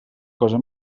cosa